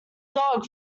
dog